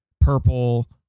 purple